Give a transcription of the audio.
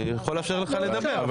אני יכול לאפשר לך לדבר.